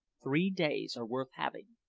three days are worth having.